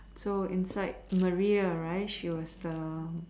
so inside Maria right she was the